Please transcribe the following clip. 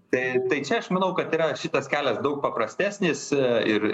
taip tai čia aš manau kad yra šitas kelias daug paprastesnis ir